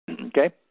Okay